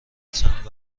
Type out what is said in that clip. چند